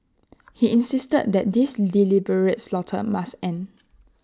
he insisted that this deliberate slaughter must end